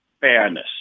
fairness